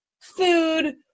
food